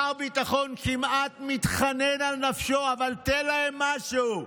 שר הביטחון כמעט מתחנן על נפשו, אבל תן להם משהו,